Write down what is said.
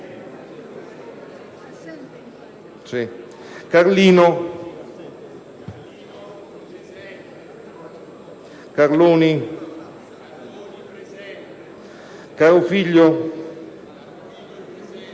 Carlino, Carloni, Carofiglio, Carrara,